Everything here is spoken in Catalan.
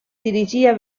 dirigia